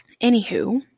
anywho